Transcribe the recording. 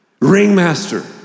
ringmaster